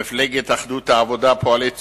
מפלגת אחדות העבודה, פועלי ציון,